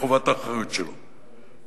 מחובת האחריות שלו,